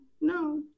no